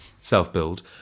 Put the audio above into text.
self-build